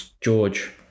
george